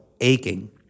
aching